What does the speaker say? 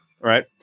right